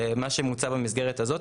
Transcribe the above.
מה שמוצע במסגרת הזאת,